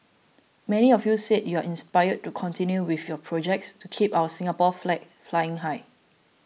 many of you said you are inspired to continue with your projects to keep our Singapore flag flying high